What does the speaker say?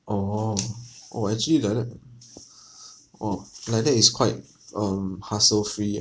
oh oh actually like that oh like that it's quite um hassle free ah